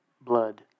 blood